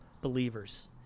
believers